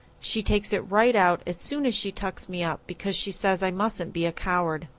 she takes it right out as soon as she tucks me up because she says i mustn't be a coward.